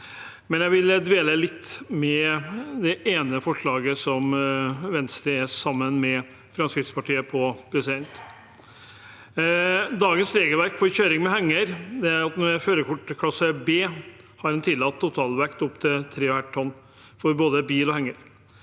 men jeg vil dvele litt ved det ene forslaget som Venstre har sammen med Fremskrittspartiet. I dagens regelverk for kjøring med henger med førerkort klasse B har man en tillatt totalvekt opp til 3 500 kg for både bil og henger.